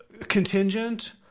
Contingent